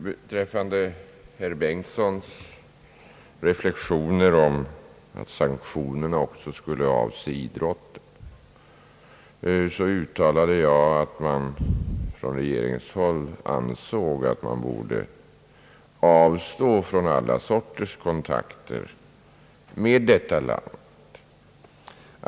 Beträffande herr Bengtsons reflexioner om att sanktionerna också skulle avse idrotten uttalade jag att man från regeringshåll ansåg att man borde av stå från alla slag av kontakter med detta land.